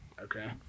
Okay